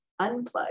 unplug